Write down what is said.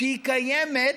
שהיא קיימת,